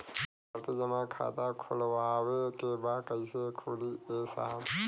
आवर्ती जमा खाता खोलवावे के बा कईसे खुली ए साहब?